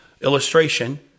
illustration